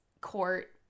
court